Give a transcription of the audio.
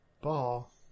ball